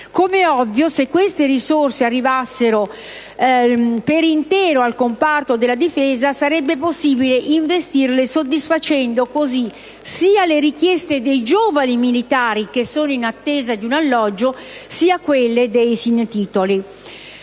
Come è ovvio, se queste risorse arrivassero per intero al comparto della Difesa, sarebbe possibile investirle, soddisfacendo, così, sia le richieste dei giovani militari che sono in attesa di un alloggio sia quelle dei *sine titulo*.